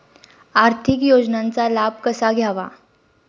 आर्थिक योजनांचा लाभ कसा घ्यावा?